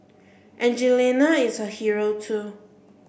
Angelina is a hero too